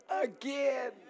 again